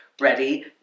ready